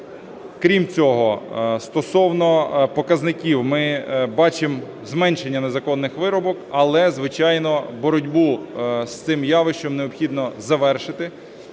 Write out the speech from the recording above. Крім цього, стосовно показників. Ми бачимо зменшення незаконних вирубок, але, звичайно, боротьбу з цим явищем необхідно завершити.